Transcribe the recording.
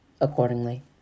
accordingly